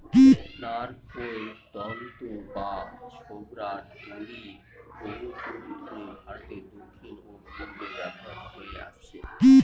নারকোল তন্তু বা ছোবড়ার দড়ি বহুযুগ ধরে ভারতের দক্ষিণ ও পূর্বে ব্যবহৃত হয়ে আসছে